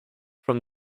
from